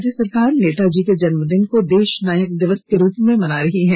राज्य सरकार नेताजी के जन्मदिन को देश नायक दिवस के रूप में मना रही है